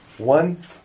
One